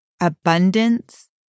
abundance